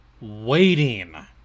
waiting